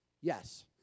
Yes